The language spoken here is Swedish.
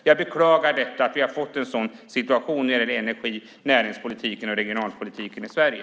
Jag beklagar att vi har fått en sådan situation när det gäller energin, näringspolitiken och regionalpolitiken i Sverige.